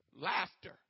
laughter